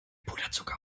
puderzucker